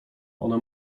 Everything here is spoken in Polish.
one